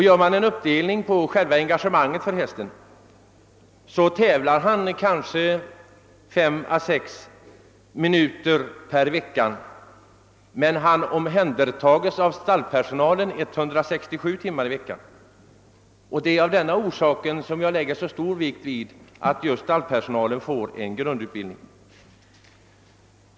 Gör man en uppdelning av hästens engagemang visar det sig, att han tävlar kanske fem å sex minuter per vecka, men han omhändertas av stallpersonalen 167 timmar i veckan. Det är av denna orsak som jag lägger så stor vikt vid att just stallpersonalen får en grundutbildning.